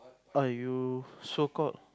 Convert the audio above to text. I will so called